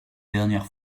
dernière